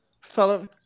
Fellow